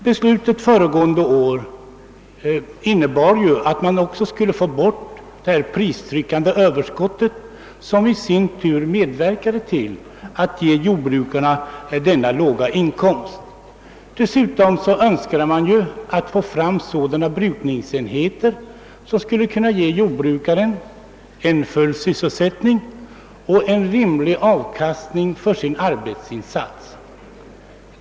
Beslutet föregående år innebar också att man skulle få bort det pristryckande överskottet som i sin tur medverkat till att jordbrukarna fått så låga inkomster. Dessutom önskade man få fram brukningsenheter som skulle kunna ge jordbrukarna full sysselsättning och rimlig avkastning.